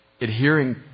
adhering